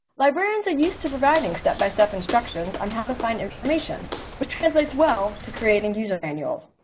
librarians are used to providing step-by-step instructions on how to find information which translates well to creating user manual.